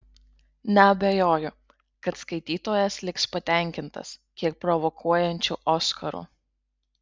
neabejoju kad skaitytojas liks patenkintas kiek provokuojančiu oskaru